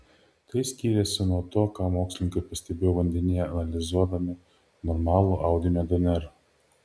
tai skyrėsi nuo to ką mokslininkai pastebėjo vandenyje analizuodami normalų audinio dnr